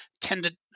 tended